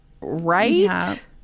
right